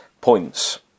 points